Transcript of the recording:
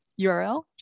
URL